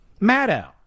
Maddow